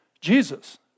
Jesus